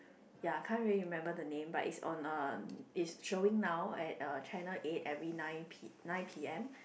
ya can't really remember the name but is on uh it's showing now at uh channel eight every nine P nine p_m